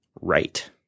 right